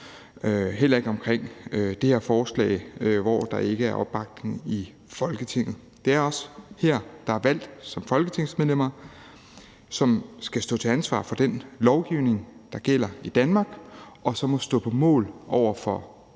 heller ikke om det her forslag, hvor der ikke er opbakning i Folketinget. Det er os her, der er valgt som folketingsmedlemmer, som skal stå til ansvar for den lovgivning, der gælder i Danmark, og som må stå på mål for